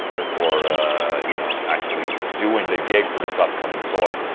before you know, actually doing the gig for this upcoming tour.